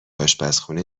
اشپزخونه